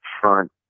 front